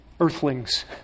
earthlings